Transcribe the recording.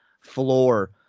floor